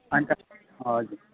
अन्त हजुर